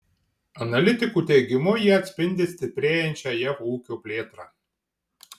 analitikų teigimu jie atspindi stiprėjančią jav ūkio plėtrą